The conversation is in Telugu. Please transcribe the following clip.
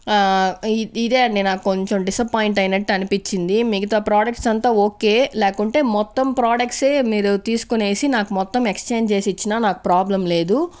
ఇదే అండి నాకు కొంచం డిసప్పాయింట్ అయినట్టు అనిపించింది మిగతా ప్రాడక్ట్స్ అంతా ఓకే లేకుంటే మొత్తం ప్రాడక్ట్సే మీరు తీసుకునేసి నాకు మొత్తం ఎక్స్చేంజ్ చేసి ఇచ్చినా నాకు ప్రాబ్లం లేదు